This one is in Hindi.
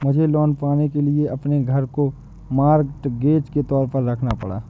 मुझे लोन पाने के लिए अपने घर को मॉर्टगेज के तौर पर रखना पड़ा